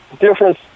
difference